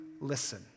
listen